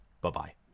Bye-bye